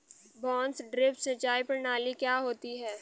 बांस ड्रिप सिंचाई प्रणाली क्या होती है?